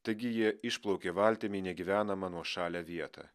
taigi jie išplaukė valtimi į negyvenamą nuošalią vietą